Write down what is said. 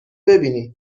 ببینی